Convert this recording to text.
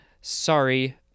Sorry